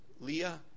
Leah